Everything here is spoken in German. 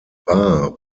baar